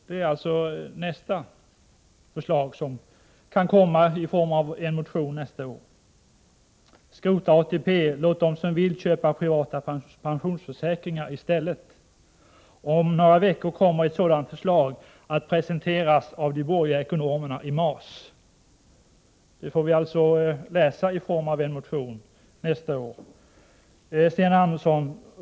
Det är alltså nästa förslag som kan komma i form av en motion nästa år. Skrota ATP och låt dem som vill köpa privata pensionsförsäkringar i stället! Om några veckor kommer ett sådant förslag att presenteras av de borgerliga ekonomerna i MAS. Det får vi alltså läsa i en motion nästa år. Sten Andersson!